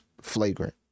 flagrant